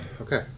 Okay